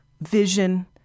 vision